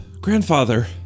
Grandfather